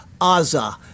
Aza